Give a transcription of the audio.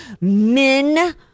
men